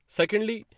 secondly